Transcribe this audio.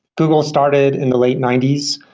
google started in the late ninety s,